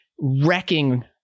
wrecking